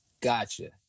Gotcha